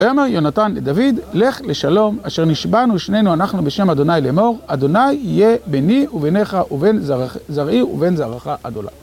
ויאמר יונתן לדוד, לך לשלום אשר נשבענו שנינו אנחנו בשם אדוני לאמור, אדוני יהיה ביני וביניך ובין זרעי ובין זרעך עד עולם.